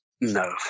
No